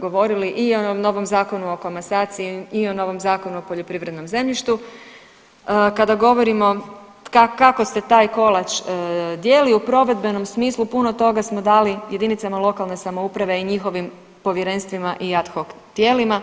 govorili i o onom novom Zakonu o komasaciji i o novom Zakonu o poljoprivrednom zemljištu kada govorimo kako se taj kolač dijeli u provedbenom smislu puno toga smo dali jedinicama lokalne samouprave i njihovim povjerenstvima i ad hoc tijelima.